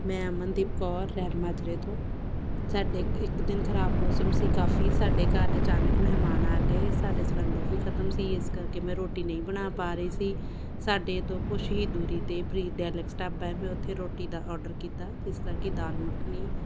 ਮੈਂ ਅਮਨਦੀਪ ਕੌਰ ਰੈਲ ਮਾਜਰੇ ਤੋਂ ਸਾਡੇ ਕ ਇੱਕ ਦਿਨ ਖਰਾਬ ਮੌਸਮ ਸੀ ਕਾਫੀ ਸਾਡੇ ਘਰ ਅਚਾਨਕ ਮਹਿਮਾਨ ਆ ਗਏ ਸਾਡੇ ਸਿਲੰਡਰ ਵੀ ਖਤਮ ਸੀ ਇਸ ਕਰਕੇ ਮੈਂ ਰੋਟੀ ਨਹੀਂ ਬਣਾ ਪਾ ਰਹੀ ਸੀ ਸਾਡੇ ਤੋਂ ਕੁਛ ਹੀ ਦੂਰੀ 'ਤੇ ਪ੍ਰੀਤ ਡੈਲੈਕਸ ਢਾਬਾ ਹੈ ਮੈਂ ਉੱਥੇ ਰੋਟੀ ਦਾ ਔਡਰ ਕੀਤਾ ਜਿਸ ਤਰ੍ਹਾਂ ਕਿ ਦਾਲ ਮੱਖਣੀ